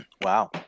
Wow